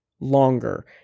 longer